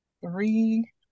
three